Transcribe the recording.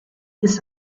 this